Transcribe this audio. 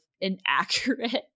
inaccurate